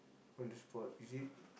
on the spot is it